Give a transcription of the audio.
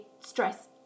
stress